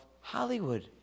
Hollywood